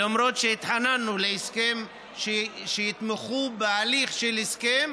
למרות שהתחננו להסכם, שיתמכו בהליך של הסכם,